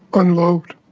unloved.